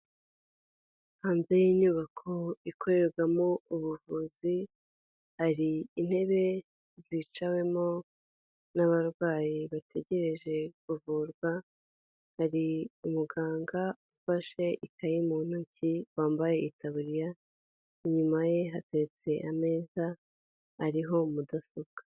Hanze y'inyubako ikorerwamo ubuvuzi hari intebe zicawemo n'abarwayi bategereje kuvurwa, hari umuganga ufashe ikayi mu ntoki wambaye itaburiya, inyuma ye hateretse ameza ariho mudasobwa.